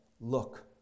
look